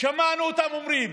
שמענו אותם אומרים: